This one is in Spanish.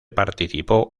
participó